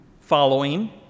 following